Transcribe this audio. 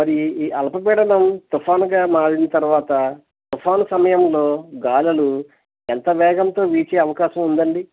మరి ఈ అల్పపీడనం తుపాన్గా మారిన తర్వాత తుఫాన్ సమయంలో గాలులు ఎంత వేగంతో వీచే అవకాశం ఉందండి